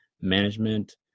management